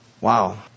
Wow